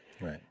Right